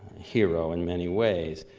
hero, in many ways.